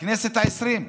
בכנסת העשרים.